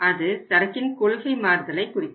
அது சரக்கின் கொள்கை மாறுதலை குறிக்கும்